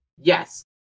yes